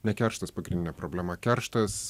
ne kerštas pagrindinė problema kerštas